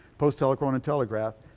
post telephone and telegraph.